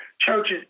churches